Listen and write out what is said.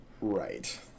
Right